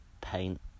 paint